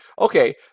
Okay